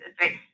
right